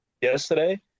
yesterday